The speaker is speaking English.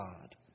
God